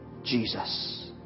Jesus